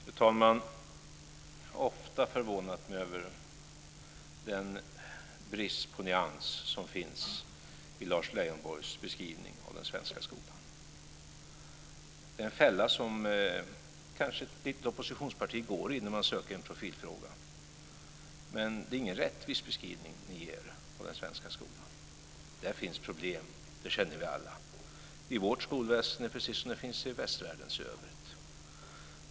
Fru talman! Jag har ofta förvånat mig över den brist på nyans som finns i Lars Leijonborgs beskrivning av den svenska skolan. Det är en fälla som kanske ett oppositionsparti går i när man söker en profilfråga. Men det är ingen rättvis beskrivning ni ger av den svenska skolan. Det finns problem - det känner vi alla - i vårt skolväsende, precis som i skolväsenden i västvärlden i övrigt.